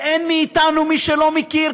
ואין מאתנו מי שלא מכיר,